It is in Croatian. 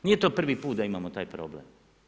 Nije to prvi put da imamo taj problem.